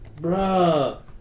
Bruh